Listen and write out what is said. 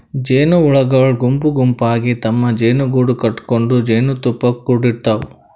ಜೇನಹುಳಗೊಳ್ ಗುಂಪ್ ಗುಂಪಾಗಿ ತಮ್ಮ್ ಜೇನುಗೂಡು ಕಟಗೊಂಡ್ ಜೇನ್ತುಪ್ಪಾ ಕುಡಿಡ್ತಾವ್